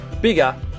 Bigger